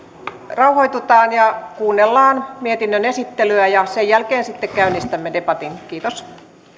rauhoitutaan ja kuunnellaan mietinnön esittelyä ja sen jälkeen sitten käynnistämme debatin kiitos